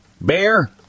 Bear